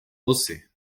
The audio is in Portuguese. você